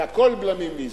זה הכול בלמים ואיזונים.